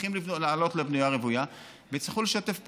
צריכים לעלות לבנייה רוויה ויצטרכו לשתף פעולה.